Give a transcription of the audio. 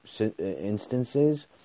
instances